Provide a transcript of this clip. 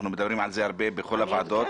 אנחנו מדברים על זה הרבה בכל הוועדות